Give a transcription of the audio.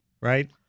right